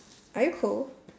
are you cold